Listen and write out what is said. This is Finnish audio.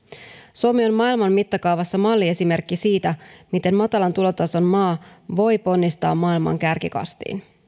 suomi on maailman mittakaavassa malliesimerkki siitä miten matalan tulotason maa voi ponnistaa maailman kärkikastiin